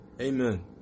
Amen